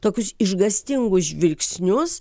tokius išgąstingus žvilgsnius